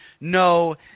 no